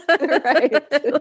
Right